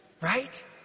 Right